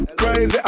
crazy